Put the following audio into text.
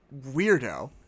weirdo